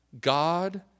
God